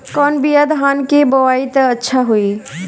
कौन बिया धान के बोआई त अच्छा होई?